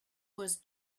was